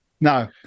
no